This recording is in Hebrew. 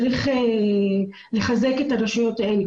צריך לחזק את הרשויות האלה.